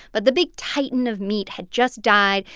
but the big titan of meat had just died.